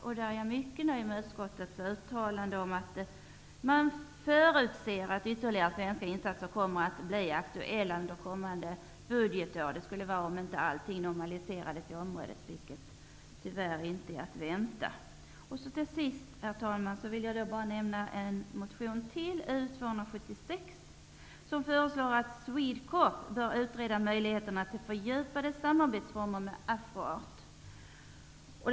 Jag är mycket nöjd med utskottets uttalande om att man förutser att ytterligare svenska insatser kommer att bli aktuella under kommande budgetår. Förutsättningen är att allt inte normaliseras i området, men det är tyvärr inte att vänta. Jag vill också nämna motion U276, som föreslår Swedecorp bör utreda möjligheterna till fördjupat samarbete med Afro Art.